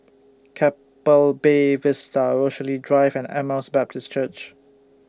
Keppel Bay Vista Rochalie Drive and Emmaus Baptist Church